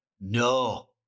no